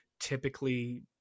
typically